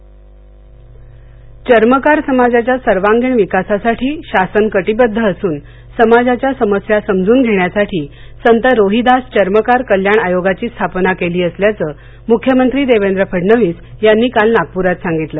चर्मकार चर्मकार समाजाच्या सर्वांगीण विकासासाठी शासन कटिबद्ध असून समाजाच्या समस्या समजून घेण्यासाठी संत रोहिदास चर्मकार कल्याण आयोगाची स्थापना केली असल्याचं मुख्यमंत्री देवेंद्र फडणवीस यांनी काल नागपूरात सांगितलं